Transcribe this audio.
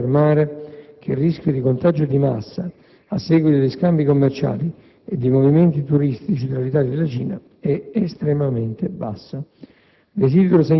si può confermare che il rischio di contagio di massa a seguito di scambi commerciali e di movimenti turistici tra l'Italia e la Cina è estremamente basso.